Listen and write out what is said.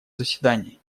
заседании